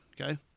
okay